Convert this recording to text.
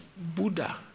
Buddha